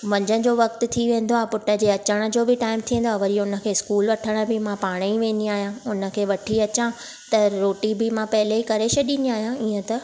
मंझंदि जो वक़्त थी वेंदो आहे पुट जे अचण जो बि टाइम थींदो आहे वरी उन खे स्कूल वठण बि मां पाण ई वेंदी आहियां उन खे वठी अचां त रोटी बि मां पहले ई करे छॾींदी आहियां ईअं त